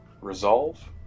resolve